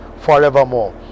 forevermore